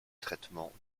traitement